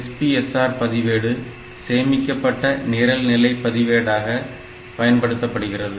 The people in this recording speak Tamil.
SPSR பதிவேடு சேமிக்கப்பட்ட நிரல் நிலை பதிவேடாக பயன்படுத்தப்படுகிறது